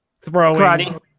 throwing